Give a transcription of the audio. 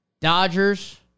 Dodgers